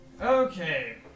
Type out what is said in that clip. okay